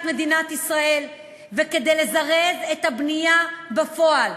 מדינת ישראל וכדי לזרז את הבנייה בפועל,